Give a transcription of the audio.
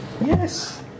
Yes